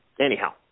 anyhow